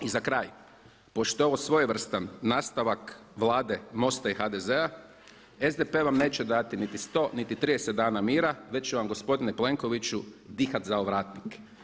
I za kraj, pošto je ovo svojevrstan nastavak Vlade MOST-a i HDZ-a SDP vam neće dati niti 100 niti 30 dana mira već će vam gospodine Plenkoviću dihat za ovratnik.